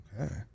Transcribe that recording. okay